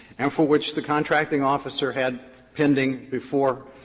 and for which the contracting officer had pending before